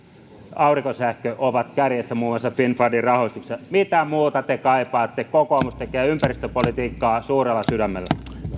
aurinkosähkö ovat kärjessä muun muassa finnfundin rahoituksessa mitä muuta te kaipaatte kokoomus tekee ympäristöpolitiikkaa suurella sydämellä